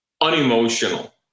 unemotional